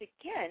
again